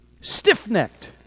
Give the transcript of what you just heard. stiff-necked